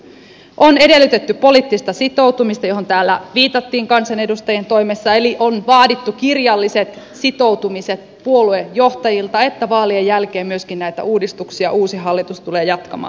on edellytetty poliittista sitoutumista johon täällä viitattiin kansanedustajien toimessa eli on vaadittu kirjalliset sitoutumiset puoluejohtajilta että myöskin vaalien jälkeen näitä uudistuksia uusi hallitus tulee jatkamaan